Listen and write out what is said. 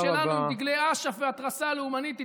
שלנו עם דגלי אש"ף והתרסה לאומנית.